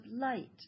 light